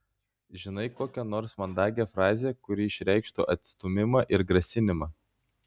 žinai kokią nors mandagią frazę kuri išreikštų atstūmimą ir grasinimą